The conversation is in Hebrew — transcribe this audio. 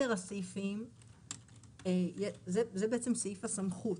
זה סעיף הסמכות,